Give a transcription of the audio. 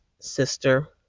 sister